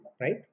right